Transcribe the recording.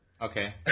Okay